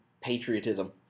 patriotism